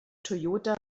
toyota